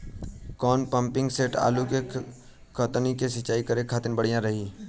कौन pumping set आलू के कहती मे सिचाई करे खातिर बढ़िया रही?